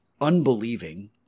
Unbelieving